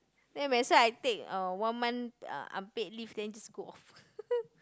then when I say I take uh one month uh unpaid leave then just go off